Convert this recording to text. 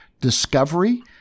discovery